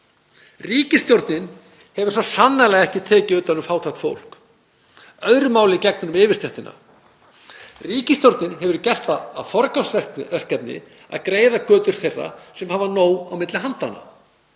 Ríkisstjórnin hefur svo sannarlega ekki tekið utan um fátækt fólk. Öðru máli gegnir um yfirstéttina. Ríkisstjórnin hefur gert það að forgangsverkefni að greiða götu þeirra sem nóg hafa á milli handanna.